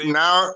now